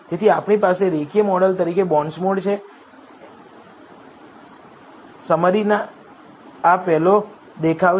તેથી આપણી પાસે રેખીય મોડેલ તરીકે બોન્ડસ્મોડ છે સમરીનો આ પહેલો દેખાવ છે